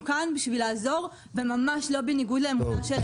אנחנו כאן כדי לעזור וממש לא בניגוד לאמונה שלהם.